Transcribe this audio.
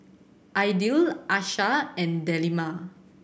Aidil Aishah and Delima